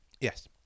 Yes